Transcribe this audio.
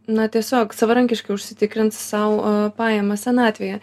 na tiesiog savarankiškai užsitikrins sau pajamas senatvėje